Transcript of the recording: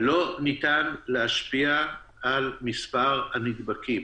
לא ניתן להשפיע על מספר הנדבקים